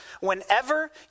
Whenever